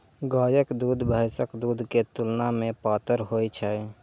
गायक दूध भैंसक दूध के तुलना मे पातर होइ छै